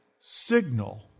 signal